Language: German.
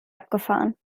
abgefahren